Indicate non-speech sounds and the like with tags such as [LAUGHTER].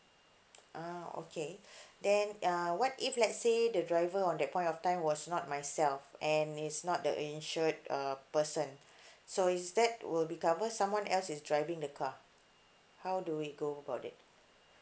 ah okay [BREATH] then uh what if let's say the driver on that point of time was not myself and is not the insured uh person [BREATH] so is that will be cover someone else is driving the car how do we go about it